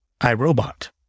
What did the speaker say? iRobot